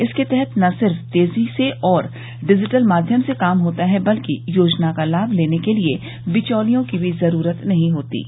इसके तहत न सिर्फ तेजी से और डिजिटल माध्यम से काम होता है बल्कि योजना का लाभ लेने के लिए बिचौलियों की भी जरूरत नहीं होती है